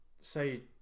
say